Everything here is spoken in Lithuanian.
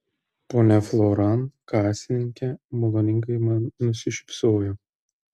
ponia floran kasininkė maloningai man nusišypsojo